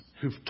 who've